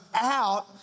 out